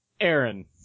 Aaron